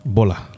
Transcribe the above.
Bola